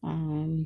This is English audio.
um